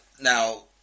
now